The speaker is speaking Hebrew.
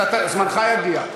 ההצעה להעביר את